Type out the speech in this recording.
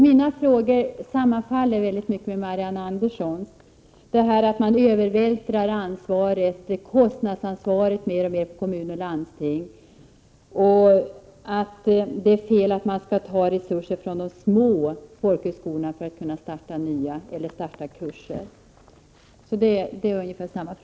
Mina frågor sammanfaller väldigt mycket med Marianne Anderssons, bl.a. när det gäller övervältringen av kostnadsansvaret på kommuner och landsting, och jag anser att det är fel att ta resurser från de små folkhögskolorna för att kunna starta nya eller för att starta kurser.